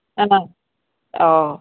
ꯑꯥ ꯑꯥꯎ